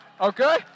Okay